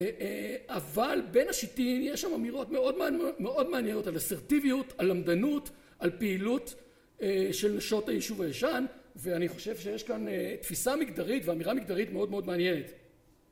אבל בין השיטים יש שם אמירות מאוד מעניינות על אסרטיביות על למדנות על פעילות של נשות היישוב הישן ואני חושב שיש כאן תפיסה מגדרית ואמירה מגדרית מאוד מאוד מעניינת